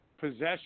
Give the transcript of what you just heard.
Possession